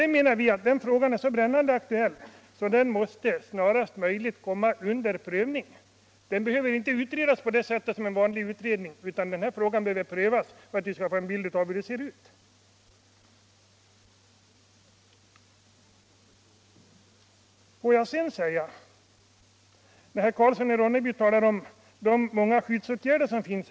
Vi menar att den frågan är så brännande aktuell att den snarast möjligt måste komma under prövning. Den kan inte undersökas på vanligt sätt av en utredning, utan den behöver prövas omedelbart och snabbt. Herr Karlsson i Ronneby talar om de många skyddsåtgärder som finns.